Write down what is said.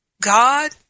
God